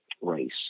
race